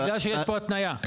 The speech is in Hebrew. בגלל שיש פה התניה,